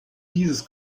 dieses